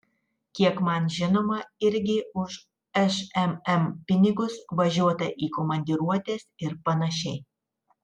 kiek man žinoma irgi už šmm pinigus važiuota į komandiruotes ir panašiai